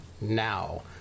now